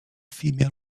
female